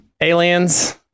Aliens